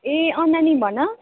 ए अँ नानी भन